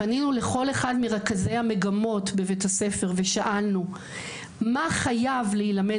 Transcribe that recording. פנינו לכל אחד מרכזי המגמות בבית הספר ושאלנו מה חייב להילמד